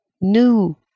new